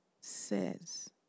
says